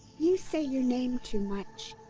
you say your name too much.